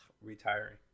retiring